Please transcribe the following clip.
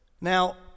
Now